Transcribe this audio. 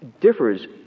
Differs